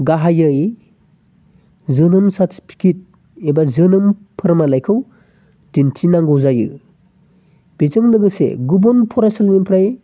गाहायै जोनोम सार्थिफिकेट एबा जोनोम फोरमानलाइखौ दिन्थिनांगौ जायो बेजों लोगोसे गुबुन फरायसालिनिफ्राय